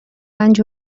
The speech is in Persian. رنج